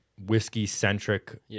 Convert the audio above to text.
Whiskey-centric